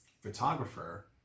photographer